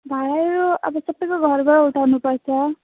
भाँडाहरू अब सबैको घरबाट उठाउनुपर्छ